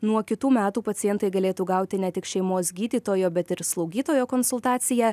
nuo kitų metų pacientai galėtų gauti ne tik šeimos gydytojo bet ir slaugytojo konsultaciją